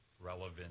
relevant